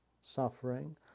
suffering